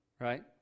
right